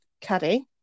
Caddy